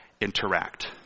interact